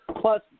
Plus